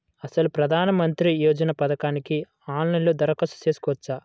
అసలు ప్రధాన మంత్రి యోజన పథకానికి ఆన్లైన్లో దరఖాస్తు చేసుకోవచ్చా?